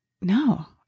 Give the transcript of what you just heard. no